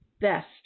best